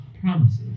promises